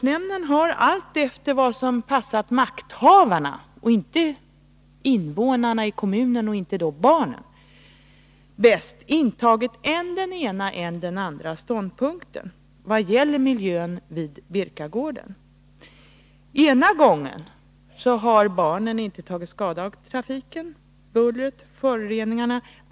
Nämnden har alltefter vad som bäst passat makthavarna — inte invånarna i kommunen och inte barnen — intagit än den ena än den andra ståndpunkten beträffande miljön vid Birkagården. Ena gången har barnen inte tagit skada av trafiken, bullret eller föroreningarna.